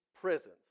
prisons